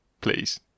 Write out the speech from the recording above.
please